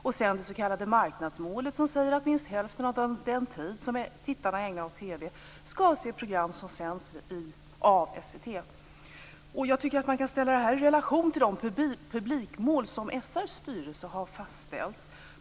Sedan har man det s.k. marknadsmålet som säger att minst hälften av den tid som tittarna ägnar åt TV skall avse program som sänds av SVT. Jag tycker att man kan ställa detta i relation till de publikmål som SR:s styrelse har fastställt.